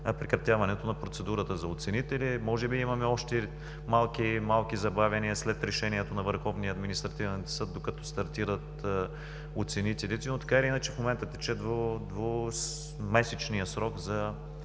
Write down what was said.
прекратяването на процедурата за оценители. Може би имаме още малки забавяния след Решението на Върховния административен съд, докато стартират оценителите, но така или иначе в момента тече двумесечният срок за